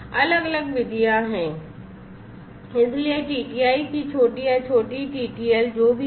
अलग अलग विधियाँ हैं इसलिए TTI की छोटी या छोटी TTL जो भी है